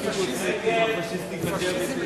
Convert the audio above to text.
התשס"ז 2007,